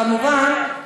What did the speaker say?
כמובן,